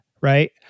right